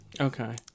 Okay